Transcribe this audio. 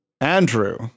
Andrew